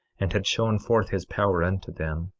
and had shown forth his power unto them,